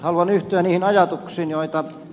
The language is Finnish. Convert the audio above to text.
haluan yhtyä niihin ajatuksiin joita ed